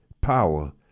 power